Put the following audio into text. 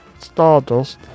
Stardust